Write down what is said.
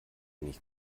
nicht